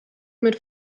mit